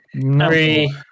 Three